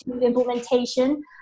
implementation